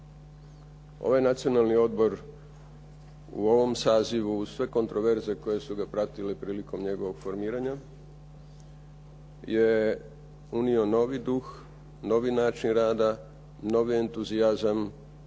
Ovaj Nacionalni odbor u ovom sazivu, uz sve kontroverze koje su ga pratile prilikom njegovog formiranja, je unio novi duh, novi način rada, novi entuzijazam